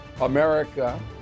America